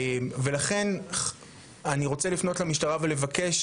ולכן אני רוצה לפנות למשטרה ולבקש,